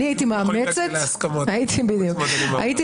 --- להגיע להסכמות --- אני הייתי